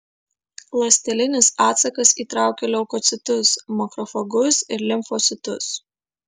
ląstelinis atsakas įtraukia leukocitus makrofagus ir limfocitus